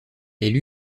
elle